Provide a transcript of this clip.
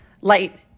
light